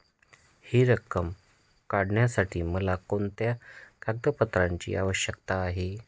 हि रक्कम काढण्यासाठी मला कोणत्या कागदपत्रांची आवश्यकता आहे?